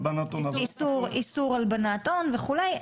איסור הלבנת הון וכולי,